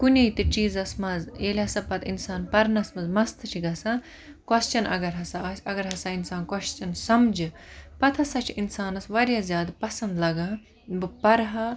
کُنے تہِ چیٖزَس مَزٕ ییٚلہِ ہَسا پَتہٕ اِنسان پَرنَس مَنٛز مست چھ گَژھان کۄسچن اَگَر ہَسا آسہِ اَگَر ہَسا اِنسان کۄسچَن سَمجہِ پَتہٕ ہَسا چھ اِنسانَس واریاہ زیادٕ پَسَنٛد لَگان بہٕ پَرہا